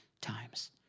times